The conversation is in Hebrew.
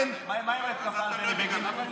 מה עם המתקפה על בני בגין?